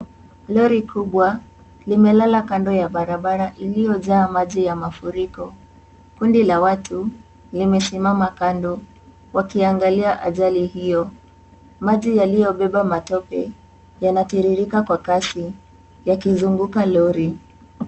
Lori kubwa limelela kando ya barabara iliyojaa maji ya mafuriko. Kundi la watu limesimama kando wakiangalia ajali hiyo. Maji yaliyobeba matope yanatiririka kwa kasi yakizunguka lori.